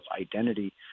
identity